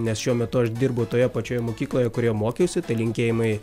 nes šiuo metu aš dirbu toje pačioje mokykloje kurioje mokiausi tai linkėjimai